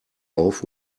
auf